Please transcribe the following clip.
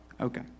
Okay